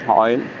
oil